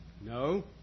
No